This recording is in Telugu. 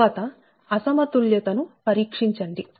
తరువాత అసమతుల్యతను పరీక్షించండి